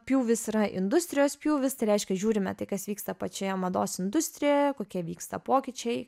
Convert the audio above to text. pjūvis yra industrijos pjūvis tai reiškia žiūrime tik kas vyksta pačioje mados industrijoje kokie vyksta pokyčiai